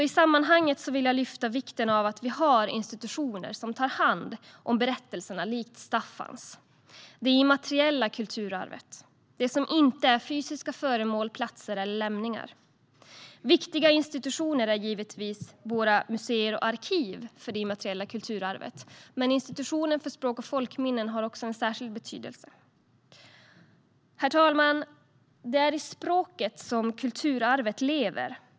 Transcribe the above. I sammanhanget vill jag lyfta vikten av att vi har institutioner som tar hand om berättelser som Staffans: det immateriella kulturarvet, som inte är fysiska föremål, platser eller lämningar. Viktiga institutioner för det immateriella kulturarvet är givetvis våra museer och arkiv, men Institutet för språk och folkminnen har också särskild betydelse. Herr talman! Det är i språket som kulturarvet lever.